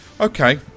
okay